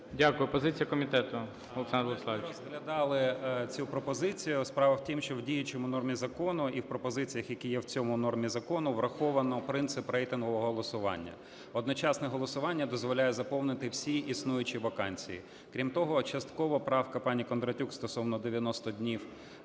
Дякую. Позиція комітету,